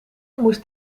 moest